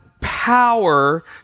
power